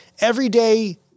everyday